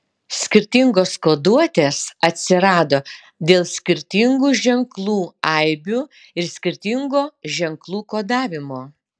skirtingos koduotės atsirado dėl skirtingų ženklų aibių ir skirtingo ženklų kodavimo